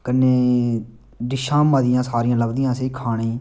कन्नै डिशां मतियां सारियां लभदियां असेंगी खाने गी